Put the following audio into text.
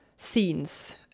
scenes